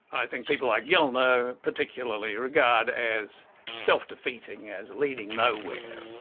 i think people like gellner particularly, regard as self-defeating, as leading nowhere.